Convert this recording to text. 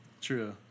true